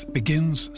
begins